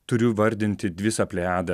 turiu vardinti visą plejadą